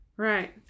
Right